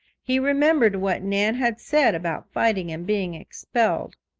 he remembered what nan had said about fighting and being expelled.